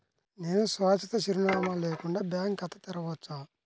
నేను శాశ్వత చిరునామా లేకుండా బ్యాంక్ ఖాతా తెరవచ్చా?